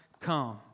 come